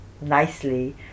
nicely